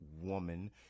woman